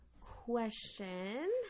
question